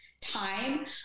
time